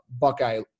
Buckeye